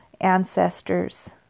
ancestors